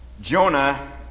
Jonah